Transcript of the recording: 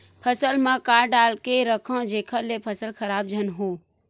फसल म का डाल के रखव जेखर से फसल खराब झन हो?